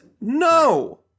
No